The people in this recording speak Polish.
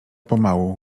pomału